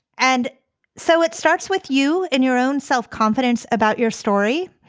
and so it starts with you and your own self-confidence about your story.